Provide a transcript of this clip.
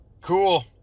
Cool